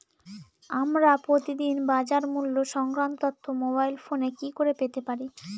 আমরা প্রতিদিন বাজার মূল্য সংক্রান্ত তথ্য মোবাইল ফোনে কি করে পেতে পারি?